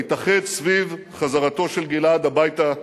התאחד סביב חזרתו של גלעד הביתה בשלום.